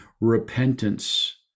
Repentance